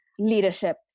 leadership